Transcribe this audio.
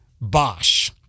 Bosch